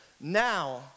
Now